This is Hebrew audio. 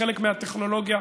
חלק מהטכנולוגיה,